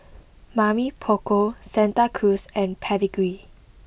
Mamy Poko Santa Cruz and Pedigree